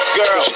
girl